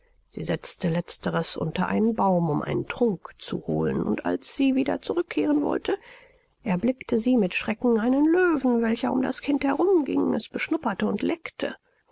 sie setzte letzteres unter einen baum um einen trunk zu holen und als sie wieder zurückkehren wollte erblickte sie mit schrecken einen löwen welcher um das kind herumging es beschnupperte und leckte